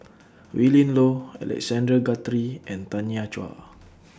Willin Low Alexander Guthrie and Tanya Chua